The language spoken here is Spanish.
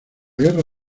guerra